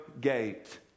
gate